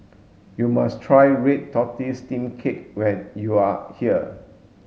you must try red tortoise steamed cake when you are here